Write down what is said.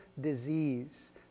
disease